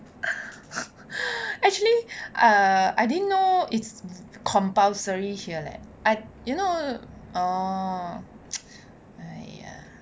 actually err I didn't know it's compulsory here leh I you know orh !aiya!